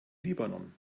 libanon